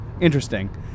Interesting